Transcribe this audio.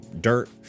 dirt